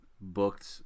booked